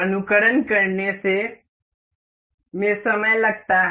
अनुकरण करने में समय लगता है